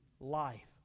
Life